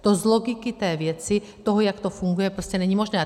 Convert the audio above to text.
To z logiky té věci, toho, jak to funguje, prostě není možné.